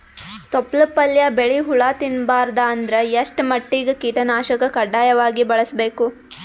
ತೊಪ್ಲ ಪಲ್ಯ ಬೆಳಿ ಹುಳ ತಿಂಬಾರದ ಅಂದ್ರ ಎಷ್ಟ ಮಟ್ಟಿಗ ಕೀಟನಾಶಕ ಕಡ್ಡಾಯವಾಗಿ ಬಳಸಬೇಕು?